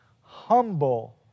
humble